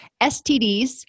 STDs